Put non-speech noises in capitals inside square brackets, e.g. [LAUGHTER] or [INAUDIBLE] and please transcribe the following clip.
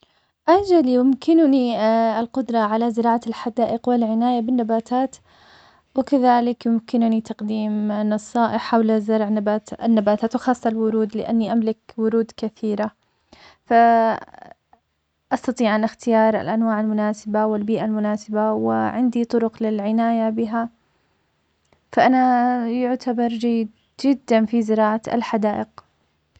أجل يمكنني القدرة على زراعة الحدائق والعناية بالنباتات, وكذلك يمكنني تقديم النصائح حول زرع نبات- النباتات, وخاصة الورود, لأني أملك ورود كثيرة, ف [HESITATION] أستطيع أن إختيار الأنواع المناسبة والبيئة المناسبة, وعندي طرق للعناية بها, فأنا يعتبرجيد جداً في زراعة الحدائق.